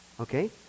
Okay